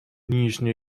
нынешней